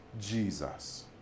Jesus